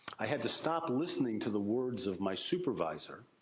i had to stop listening to the words of my supervisor.